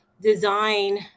design